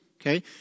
okay